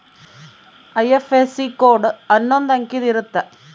IFSC code ಅನ್ನೊಂದ್ ಅಂಕಿದ್ ಇರುತ್ತ